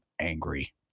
angry